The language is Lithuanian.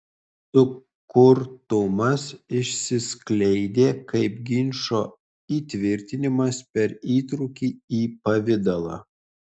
sukurtumas išsiskleidė kaip ginčo įtvirtinimas per įtrūkį į pavidalą